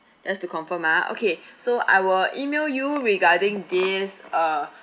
just to confirm ah okay so I will email you regarding this uh